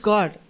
God